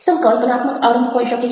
સંકલ્પનાત્મક આરંભ હોઈ શકે છે